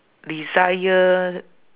desire